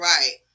Right